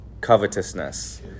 covetousness